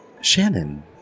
Shannon